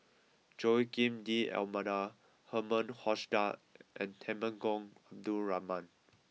Joaquim D'almeida Herman Hochstadt and Temenggong Abdul Rahman